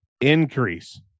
increase